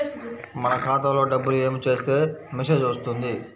మన ఖాతాలో డబ్బులు ఏమి చేస్తే మెసేజ్ వస్తుంది?